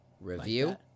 Review